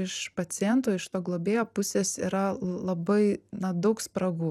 iš paciento iš to globėjo pusės yra labai na daug spragų